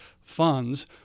funds